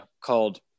called